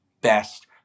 best